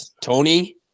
Tony